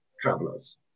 travelers